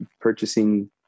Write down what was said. purchasing